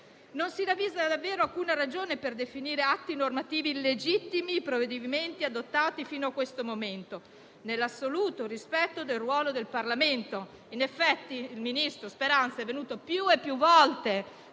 Non si ravvisa davvero alcuna ragione per definire atti normativi illegittimi i provvedimenti adottati fino a questo momento nell'assoluto rispetto del ruolo del Parlamento. In effetti, il ministro Speranza è venuto più e più volte